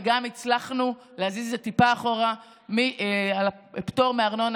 וגם הצלחנו להזיז טיפה אחורה פטור מארנונה,